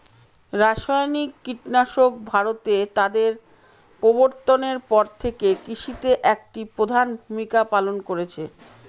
রাসায়নিক কীটনাশক ভারতে তাদের প্রবর্তনের পর থেকে কৃষিতে একটি প্রধান ভূমিকা পালন করেছে